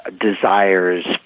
desires